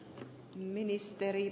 arvoisa puhemies